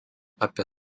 apie